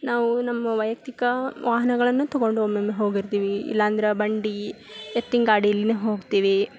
ನಾವು ನಮ್ಮ ವೈಯಕ್ತಿಕ ವಾಹನಗಳನ್ನು ತೊಗೊಂಡು ಒಮ್ಮೊಮ್ಮೆ ಹೋಗಿರ್ತೀವಿ ಇಲ್ಲಾಂದ್ರೆ ಬಂಡಿ ಎತ್ತಿನ ಗಾಡಿಲ್ಲಿನೆ ಹೋಗ್ತೀವಿ